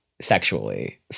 sexually